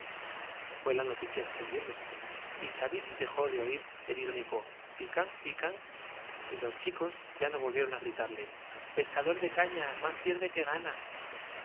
fué la noticia extendiéndose y chaviri dejó de oir el irónico pican pican los chicos ya no vol vieron á gritarle i pescador de caña más pierde que gana